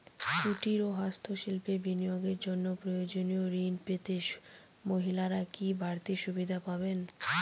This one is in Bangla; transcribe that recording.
কুটীর ও হস্ত শিল্পে বিনিয়োগের জন্য প্রয়োজনীয় ঋণ পেতে মহিলারা কি বাড়তি সুবিধে পাবেন?